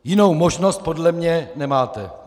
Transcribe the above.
Jinou možnost podle mě nemáte.